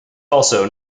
also